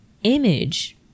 image